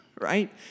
right